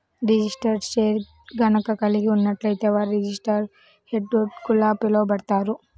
registered షేర్ని గనక కలిగి ఉన్నట్లయితే వారు రిజిస్టర్డ్ షేర్హోల్డర్గా పిలవబడతారు